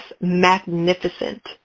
magnificent